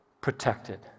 protected